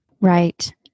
Right